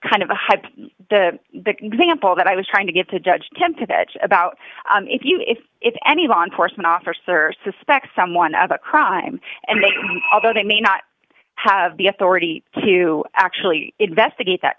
kind of hype the example that i was trying to get to judge kemp to that about if you if if any law enforcement officer suspects someone of a crime and although they may not have the authority to actually investigate that